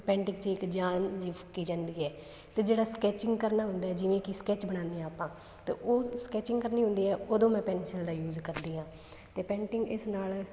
painting 'ਚ ਇੱਕ ਜਾਨ ਜਿਹੀ ਫੂਕੀ ਜਾਂਦੀ ਹੈ ਅਤੇ ਜਿਹੜਾ ਸਕੈਚਿੰਗ ਕਰਨਾ ਹੁੰਦਾ ਹੈ ਜਿਵੇਂ ਕਿ ਸਕੈੱਚ ਬਣਾਉਂਦੇ ਹਾਂ ਆਪਾਂ ਤਾਂ ਉਹ ਸਕੈਚਿੰਗ ਕਰਨੀ ਹੁੰਦੀ ਆ ਉਦੋਂ ਮੈਂ ਪੈਂਸਿਲ ਦਾ ਯੂਜ ਕਰਦੀ ਹਾਂ ਅਤੇ ਪੇਂਟਿੰਗ ਇਸ ਨਾਲ